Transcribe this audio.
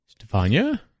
Stefania